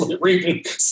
reading